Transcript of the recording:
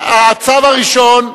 הצו הראשון,